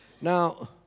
Now